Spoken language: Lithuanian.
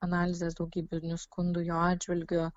analizės daugybinių skundų jo atžvilgiu